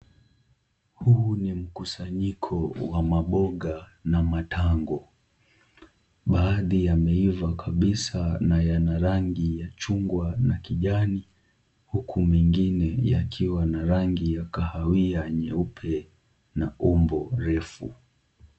Huu ni mkusanyiko wa maboga na matango, baadhi yameiva kabisa na yana rangi ya chungwa na kijani, huku mengine yakiwa na rangi ya kahawia nyeupe na umbo refu.